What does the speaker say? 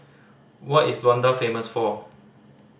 what is Luanda famous for